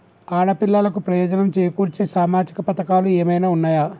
ఆడపిల్లలకు ప్రయోజనం చేకూర్చే సామాజిక పథకాలు ఏమైనా ఉన్నయా?